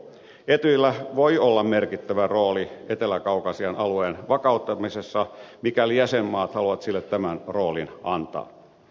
etyjillä voi olla merkittävä rooli etelä kaukasian alueen vakauttamisessa mikäli jäsenmaat haluavat sille tämän roolin antaa